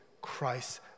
Christ